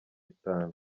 itanu